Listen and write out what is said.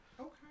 Okay